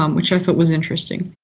um which i thought was interesting.